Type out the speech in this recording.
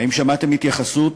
האם שמעתם התייחסות